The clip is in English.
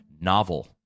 novel